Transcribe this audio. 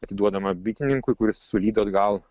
atiduodama bitininkui kuris sulydo atgal